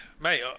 mate